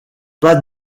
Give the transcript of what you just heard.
pas